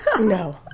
No